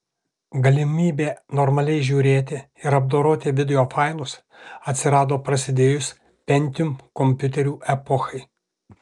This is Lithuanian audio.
galimybė normaliai žiūrėti ir apdoroti videofailus atsirado prasidėjus pentium kompiuterių epochai